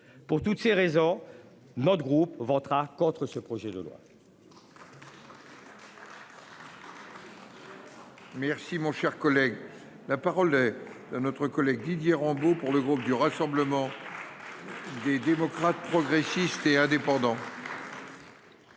Pour toutes ces raisons, notre groupe votera contre ce projet de loi.